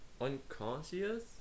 Unconscious